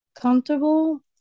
Comfortable